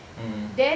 mmhmm